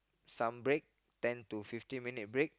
some break ten to fifteen minute break